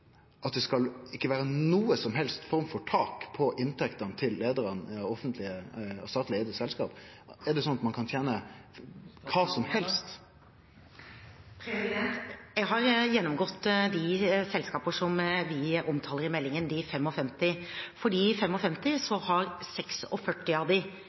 at det ikkje skal vere noka som helst form for tak på inntektene til leiarane av offentleg og statleg eigde selskap? Er det sånn at ein kan tene kva som helst? Jeg har gjennomgått de selskaper som vi omtaler i meldingen, de 55. Av de 55 har 46 av